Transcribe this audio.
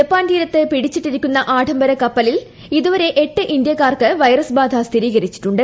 Japan തീരത്ത് ഫിട്ടീച്ചിട്ടിരിക്കുന്ന ആഢംബര കപ്പലിൽ ഇതുവരെ എട്ട് ഇന്ത്യക്കാർക്ക് ഒവറസ് ബാധ സ്ഥിരീകരിച്ചിട്ടുണ്ട്